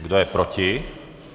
Kdo je proti?